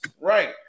Right